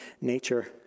nature